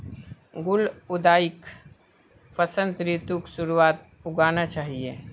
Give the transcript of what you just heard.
गुलाउदीक वसंत ऋतुर शुरुआत्त उगाना चाहिऐ